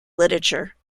literature